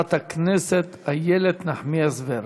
חברת הכנסת איילת נחמיאס ורבין.